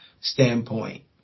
standpoint